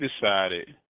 decided